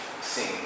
seeing